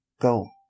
go